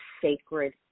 sacred